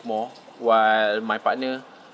more while my partner